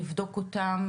לבדוק אותם,